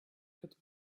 could